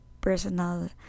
personal